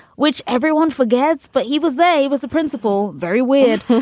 which everyone forgets. but he was they he was the principal. very weird.